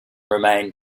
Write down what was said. remained